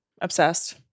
Obsessed